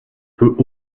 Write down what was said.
peut